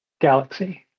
galaxy